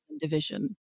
division